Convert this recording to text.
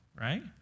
right